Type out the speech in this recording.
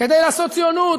כדי לעשות ציונות,